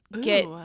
get